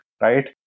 right